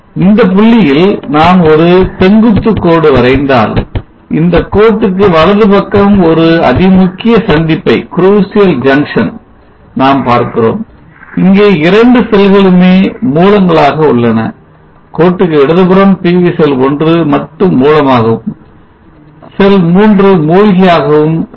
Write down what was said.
இந்த புள்ளியில் நான் ஒரு செங்குத்துக் கோடு வரைந்தால் இந்த கோட்டுக்கு வலது பக்கம் ஒரு அதிமுக்கிய சந்திப்பை நாம் பார்க்கிறோம் இங்கே இரண்டு செல்களுமே மூலங்களாக உள்ளன கோட்டுக்கு இடது பக்கம் PV செல் 1 மட்டும் மூலமாகவும் செல் 2 மூழ்கியாகவும் உள்ளன